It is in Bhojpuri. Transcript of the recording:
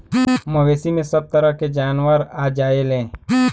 मवेसी में सभ तरह के जानवर आ जायेले